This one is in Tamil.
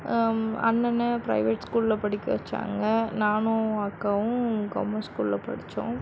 அண்ணணை பிரைவேட் ஸ்கூலில் படிக்க வச்சாங்க நானும் அக்காவும் கவர்மெண்ட் ஸ்கூலில் படித்தோம்